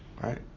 right